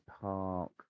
Park